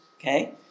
Okay